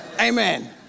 Amen